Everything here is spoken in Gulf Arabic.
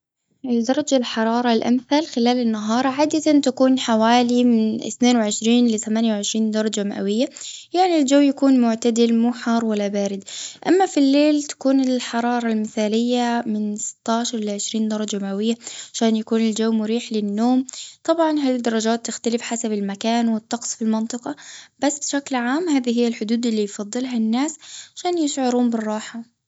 درجة الحرارة الأمثل خلال النهار، عادة تكون حوالي من اثنين وعشرين لثمانية وعشرين درجة مئوية. يعني الجو يكون معتدل، مو حار ولا بارد. أما في الليل، تكون الحرارة المثالية من ستاشر لعشرين درجة مئوية، عشان يكون الجو مريح للنوم. طبعا هالدرجات تختلف حسب المكان، والطقس في المنطقة. بس بشكل عام هذي هي الحدود اللي يفضلها الناس، عشان يشعرون بالراحة.